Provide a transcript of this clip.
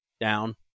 down